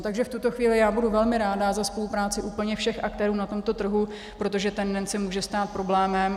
Takže v tuto chvíli já budu velmi ráda za spolupráci úplně všech aktérů na tomto trhu, protože ten NEN se může stát problémem.